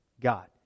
God